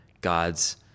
God's